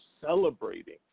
celebrating